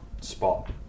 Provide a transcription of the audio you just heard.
spot